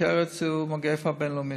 סוכרת זו מגפה בין-לאומית,